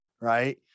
Right